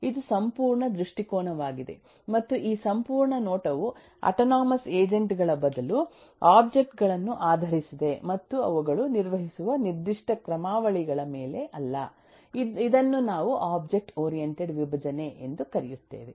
ಇದು ಸಂಪೂರ್ಣ ದೃಷ್ಟಿಕೋನವಾಗಿದೆ ಮತ್ತು ಈ ಸಂಪೂರ್ಣ ನೋಟವು ಆಟೊನೊಮಸ್ ಏಜೆಂಟ್ ಗಳ ಬದಲು ಒಬ್ಜೆಕ್ಟ್ ಗಳನ್ನು ಆಧರಿಸಿದೆ ಮತ್ತು ಅವುಗಳು ನಿರ್ವಹಿಸುವ ನಿರ್ದಿಷ್ಟ ಕ್ರಮಾವಳಿಗಳ ಮೇಲೆ ಅಲ್ಲ ಇದನ್ನು ನಾವು ಒಬ್ಜೆಕ್ಟ್ ಓರಿಯಂಟೆಡ್ ವಿಭಜನೆ ಎಂದು ಕರೆಯುತ್ತೇವೆ